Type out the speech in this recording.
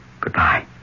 goodbye